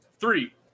three